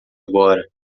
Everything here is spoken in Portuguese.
agora